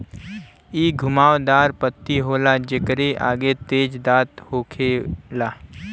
इ घुमाव दार पत्ती होला जेकरे आगे तेज दांत होखेला